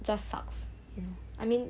just sucks I mean